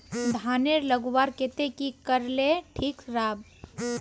धानेर लगवार केते की करले ठीक राब?